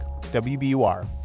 WBUR